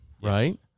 right